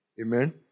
Amen